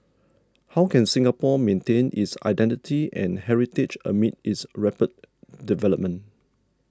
how can Singapore maintain its identity and heritage amid its rapid development